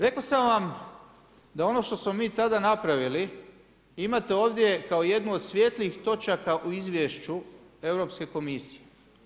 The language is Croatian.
Rekao sam vam da ono što smo mi tada napravili imate ovdje kao jednu od svjetlijih točaka u izvješću Europske komisije.